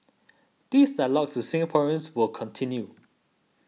these dialogues with Singaporeans will continue